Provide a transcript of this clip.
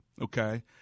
Okay